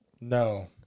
No